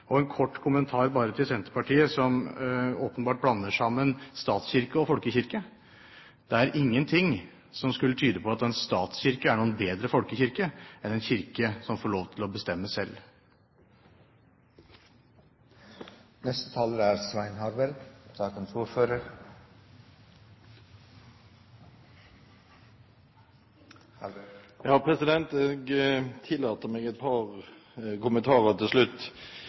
Og bare en kort kommentar til Senterpartiet som åpenbart blander sammen statskirke og folkekirke: Det er ingenting som skulle tyde på at en statskirke er en bedre folkekirke enn en kirke som får lov til å bestemme selv. Jeg tillater meg et par kommentarer til slutt. Det er